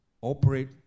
operate